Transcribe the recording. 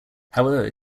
however